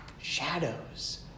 shadows